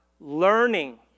Learning